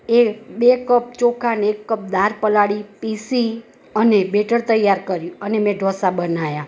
એ બે કપ ચોખા ને એક કપ દાળ પલાળી પીસી અને બેટર તૈયાર કર્યું અને મેં ઢોસા બનાવ્યા